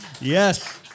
yes